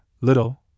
little